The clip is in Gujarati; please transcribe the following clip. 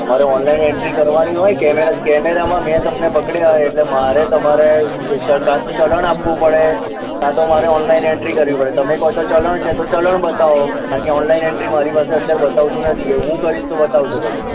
અમારે ઓનલાઈન એન્ટ્રી કરવાની હોય કેમેરા કેમેરામાં મેં તમને પકડ્યા એટલે મારે તમારે કાં તો ચલણ આપવું પડે કાં તો મારે ઓનલાઈન એન્ટ્રી કરવી પડે તમે કો છો ચલણ છે તો ચલણ બતાવો બાકી ઓનલાઈન એન્ટ્રી મારી પાસે અત્યારે બતાવતું નથી એ હું કરીશ તો બતાવશે પછી